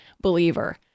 believer